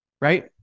right